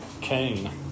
Cain